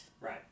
Right